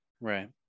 Right